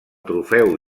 trofeu